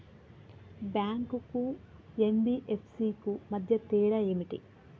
Bank కు NBFC కు మధ్య తేడా ఏమిటి?